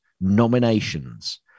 nominations